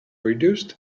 reduced